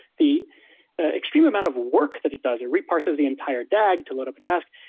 the extreme amount of work that it does. it reparses the entire dag to load up a task.